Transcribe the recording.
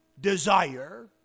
desire